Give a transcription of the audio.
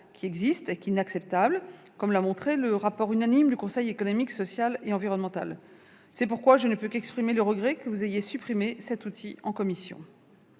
qui existe dans les faits, comme l'a montré un rapport du Conseil économique social et environnemental. C'est pourquoi je ne peux qu'exprimer le regret que vous ayez supprimé cet outil en commission.